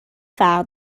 فرق